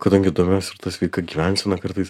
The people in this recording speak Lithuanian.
kadangi domiuos sveika gyvensena kartais